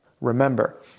remember